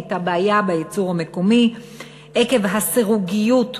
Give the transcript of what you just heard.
הייתה בעיה בייצור המקומי עקב הסירוגיות בענף,